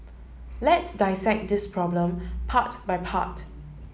let's dissect this problem part by part